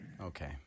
Okay